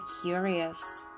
curious